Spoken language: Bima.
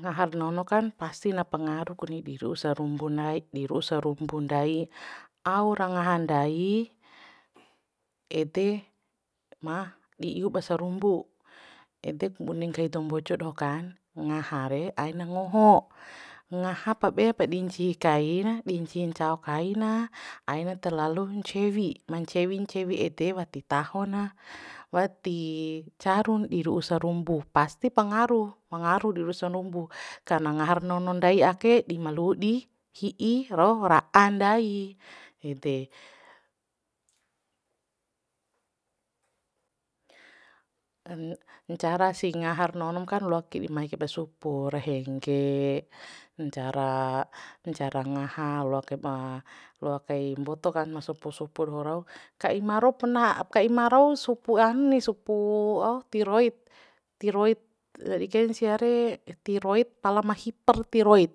Ngahar nono kan pasti na pengaru kuni di ru'u srumbu ndai di ru'u sarumbu ndai au ra ngaha ndai ede ma di iup ba sarumbu edek bune nggahi dou mbojo doho kan ngaha re aina ngoho ngaha pa bepa di ncihi kaina di ncihi ncao kaina aina terlalu ncewi ma ncewi ncewi ede wati tahona wati carun di ru'u sarumbu pasti pangaruh pangarun di ru'u sarumbu karna ngaha ra nono ndai ake dima lu'u di hi'i ro ra'a ndai ede ncara sih ngahar nonom kan loakiri mai kaiba supu ra hengge ncara ncara ngaha loakai loakai mboto kan ma supu supu doho rau ka ima rau perna ka ima rau supu kani supu au tiroit tiroit ndadi kain sia re tiroit pala ma hiper tiroit